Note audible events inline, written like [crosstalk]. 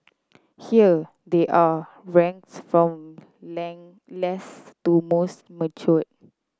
here they are ranked from [unintelligible] least to most mature